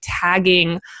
tagging